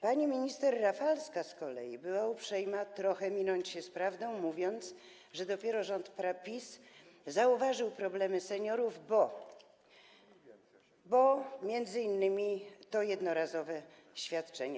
Pani minister Rafalska z kolei była uprzejma trochę minąć się z prawdą, mówiąc, że dopiero rząd PiS zauważył problemy seniorów, bo m.in. jest to jednorazowe świadczenie.